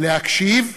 להקשיב ולהכריע.